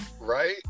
Right